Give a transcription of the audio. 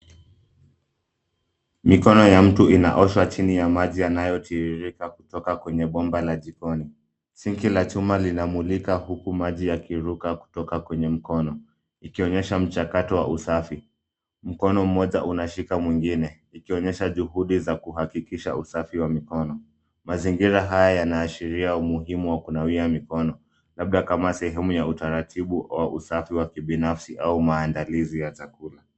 Mikono ya mtu inaoshwa chini ya maji inayotiririka kutoka kwenye bomba la jikoni. Sinki la chuma linamulika huku maji yakiruka kutoka kwenye mkono, ikionyesha mchakato wa usafi. Mkono mmoja unashika mwingine, ikionyesha juhudi za kuhakikisha usafi wa mikono. Mazingira haya yanaashiria umuhimu wa kunawia mikono. Labda kama sehemu ya utaratibu wa usafi wa kibinafsi au maandalizi ya chakula.